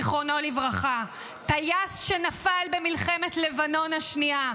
זיכרונו לברכה, טייס שנפל במלחמת לבנון השנייה.